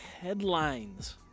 headlines